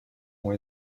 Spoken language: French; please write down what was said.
ont